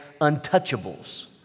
untouchables